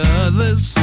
others